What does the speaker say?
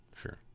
Sure